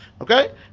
okay